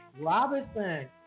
Robinson